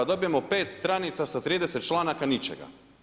Dobijemo 5 stranica sa 30 članaka ničega.